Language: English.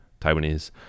taiwanese